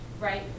right